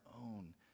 own